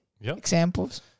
examples